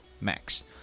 Max